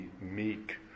meek